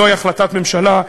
זוהי החלטת ממשלה,